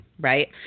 right